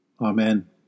Amen